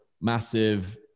massive